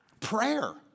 Prayer